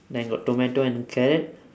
then got tomato and carrot